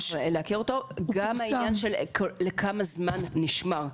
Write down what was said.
גם העניין של לכמה זמן זה נשמר.